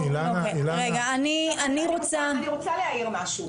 אני רוצה להעיר משהו,